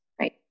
right